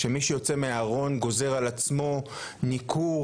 היא שמי שיוצא מהארון גוזר על עצמו ניכור,